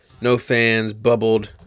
no-fans-bubbled